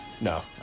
No